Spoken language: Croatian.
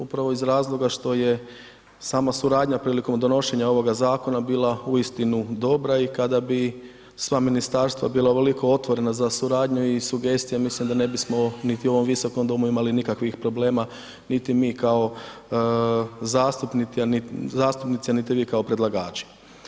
Upravo iz razloga što je sama suradnja prilikom donošenja ovoga zakona bila uistinu dobra i kada bi sva ministarstva bila ovoliko otvorena za suradnju i sugestije mislim da ne bismo niti u ovom Visokom domu imali nikakvih problema niti mi kao zastupnici, a niti vi kao predlagači.